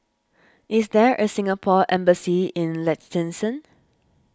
is there a Singapore Embassy in Liechtenstein